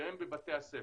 שהם בבתי הספר.